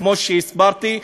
כמו שהסברתי,